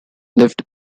lived